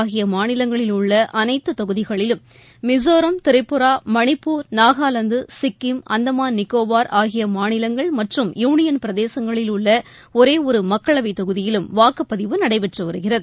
ஆகியமாநிலங்களில் உள்ளஅனைத்துதொகுதிகளிலும் மிசோரம் திரிபுரா மணிப்பூர் நாகாவாந்து சிக்கிம் அந்தமான் நிக்கோபார் ஆகியமாநிலங்கள் மற்றும் யூனியன் பிரதேசங்களில் உள்ளஒரேஒருமக்களவைதொகுதியிலும் வாக்குப்பதிவு நடைபெற்றுவருகிறது